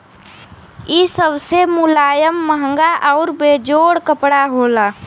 इ सबसे मुलायम, महंगा आउर बेजोड़ कपड़ा होला